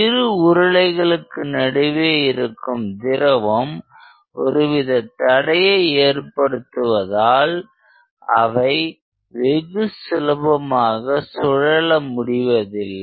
இரு உருளைகளுக்கு நடுவே இருக்கும் திரவம் ஒருவித தடையை ஏற்படுத்துவதால் அவை வெகு சுலபமாக சூழல முடிவதில்லை